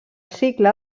cicle